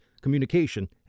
communication